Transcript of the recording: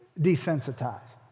desensitized